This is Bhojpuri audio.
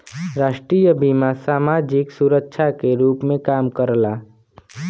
राष्ट्रीय बीमा समाजिक सुरक्षा के रूप में काम करला